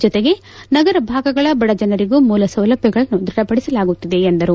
ಜೊತೆಗೆ ನಗರ ಭಾಗಗಳ ಬಡಜನರಿಗೂ ಮೂಲ ಸೌಲಭ್ಞಗಳನ್ನು ದೃಢಪಡಿಸಲಾಗುತ್ತಿದೆ ಎಂದರು